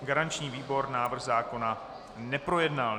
Garanční výbor návrh zákona neprojednal.